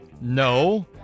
No